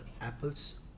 Apple's